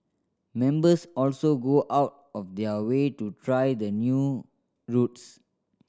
members also go out of their way to try the new routes